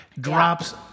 drops